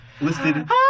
listed